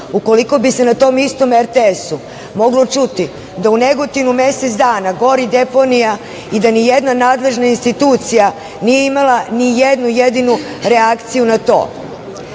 ukoliko bi se na tom istom RTS-u moglo čuti da u Negotinu mesec dana gori deponija i da ni jedna nadležna institucija nije imala ni jednu jedinu reakciju na